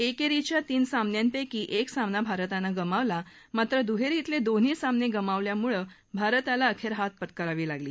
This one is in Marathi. एक्रींच्या तीन सामन्यांपैकी एक सामना भारतानं गमावला मात्र दुहरींतलद्विन्ही सामनग्मावल्यामुळभारताला अखर हार पत्करावी लागली